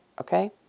okay